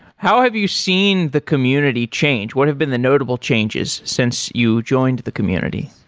how have you seen the community change? what have been the notable changes since you joined the community?